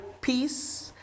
peace